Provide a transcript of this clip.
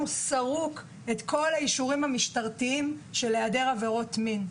סרוקים את כל האישורים המשטרתיים של היעדר עבירות מין.